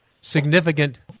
significant